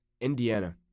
Indiana—